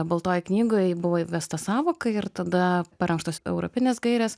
baltojoj knygoj buvo įvesta sąvoka ir tada parengtos europinės gairės